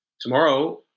Tomorrow